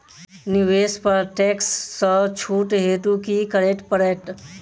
निवेश पर टैक्स सँ छुट हेतु की करै पड़त?